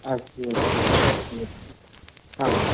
अस्तु अस्तु अस्तु आम्